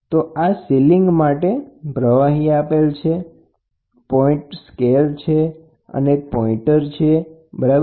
તો આ સીલબંધ સીલીંગ પ્રવાહી છે આ પોઈન્ટર સ્કેલ છે અથવા પેાઇન્ટર છે બરાબર